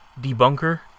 debunker